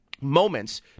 Moments